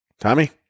Tommy